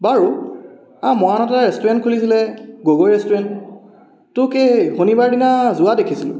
বাৰু আমাৰ মৰাণতে ৰেষ্টুৰেণ্ট খুলিছিলে গগৈ ৰেষ্টুৰেণ্ট তোক এই শণিবাৰদিনা যোৱা দেখিছিলোঁ